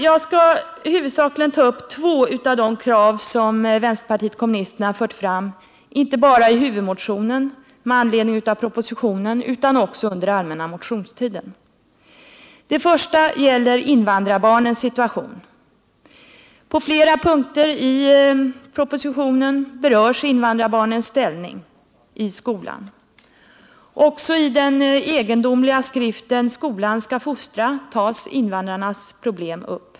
Jag skall huvudsakligen uppehålla mig vid två av de krav som vpk fört fram inte bara i huvudmotionen med anledning av propositionen utan också under den allmänna motionstiden. Det första gäller invandrarbarnens situation. På flera punkter i propositionen berörs invandrarbarnens ställning i skolan. Också i den egendomliga skriften Skolan skall fostra tas invandrarnas problem upp.